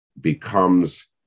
becomes